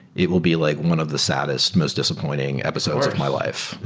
it will be like one of the saddest, most disappointing episode of my life,